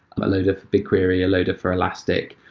a loader for bigquery, a loader for elastic,